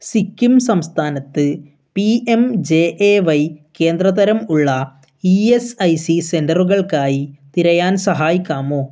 സിക്കിം സംസ്ഥാനത്ത് P M J A Y കേന്ദ്രതരം ഉള്ള ഇ എസ് ഐ സി സെൻററുകൾക്കായി തിരയാൻ സഹായിക്കാമോ